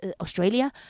Australia